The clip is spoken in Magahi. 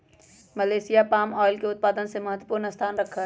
मलेशिया पाम ऑयल के उत्पादन में महत्वपूर्ण स्थान रखा हई